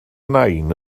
nain